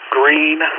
green